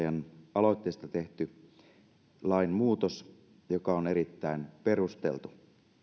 aloitteesta tehty lainmuutos joka on erittäin perusteltu